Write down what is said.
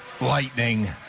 lightning